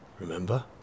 remember